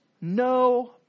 no